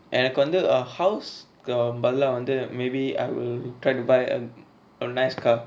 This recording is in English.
எனக்கு வந்து:enaku vanthu a house or balla வந்து:vanthu maybe I will try to buy a nice car